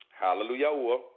Hallelujah